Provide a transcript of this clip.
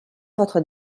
votre